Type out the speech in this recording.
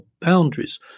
boundaries